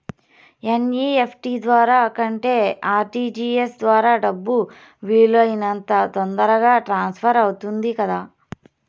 NEFT ద్వారా కంటే RTGS ద్వారా డబ్బు వీలు అయినంత తొందరగా ట్రాన్స్ఫర్ అవుతుంది కదా